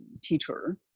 teacher